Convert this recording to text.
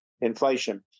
inflation